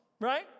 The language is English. right